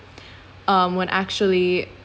um when actually